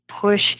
push